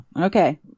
okay